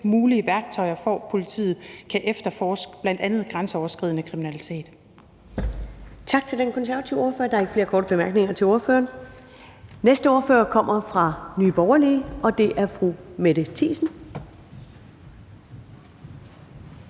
mulige værktøjer til politiet, så de kan efterforske bl.a. grænseoverskridende kriminalitet.